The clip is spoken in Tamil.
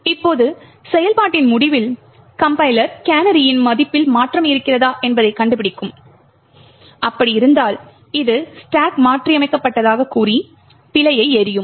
இப்போது செயல்பாட்டின் முடிவில் கம்பைலர் கேனரியின் மதிப்பில் மாற்றம் இருக்கிறதா என்பதை கண்டுபிடிக்கும் அப்படி இருந்தால் இது ஸ்டாக் மாற்றியமைக்கப்பட்டதாகக் கூறி பிழையை எறியும்